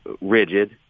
rigid